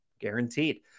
Guaranteed